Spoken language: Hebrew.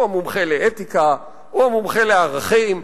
הוא המומחה לאתיקה, הוא המומחה לערכים.